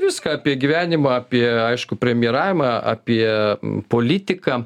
viską apie gyvenimą apie aišku premjeravimą apie politiką